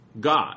God